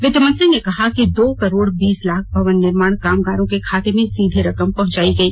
वित मंत्री ने कहा कि दो करोड़ बीस लाख भवन निर्माण कामगारों के खाते में सीधे रकम पहुंचाइ गई